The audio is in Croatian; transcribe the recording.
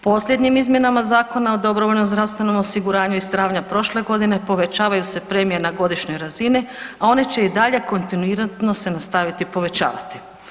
Posljednjim izmjenama Zakona o dobrovoljnom zdravstvenom osiguranju iz travnja prošle godine povećavaju se premije na godišnjoj razini, a one će i dalje kontinuirano se nastaviti povećavati.